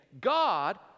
God